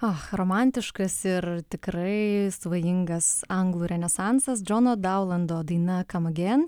ah romantiškas ir tikrai svajingas anglų renesansas džono daulando daina kam agen